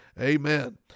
Amen